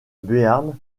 béarn